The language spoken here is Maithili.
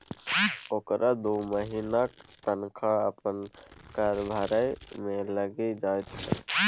ओकरा दू महिनाक तनखा अपन कर भरय मे लागि जाइत छै